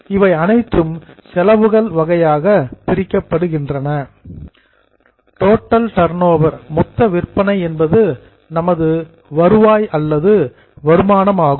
இவை அனைத்தும் செலவுகள் வகையாகப் பிரிக்கப்படுகின்றன டோட்டல் டர்ன்ஓவர் மொத்த விற்பனை என்பது நமது ரெவின்யூ வருவாய் அல்லது வருமானம் ஆகும்